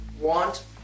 want